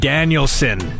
Danielson